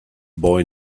boy